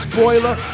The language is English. Spoiler